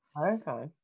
Okay